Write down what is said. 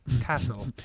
Castle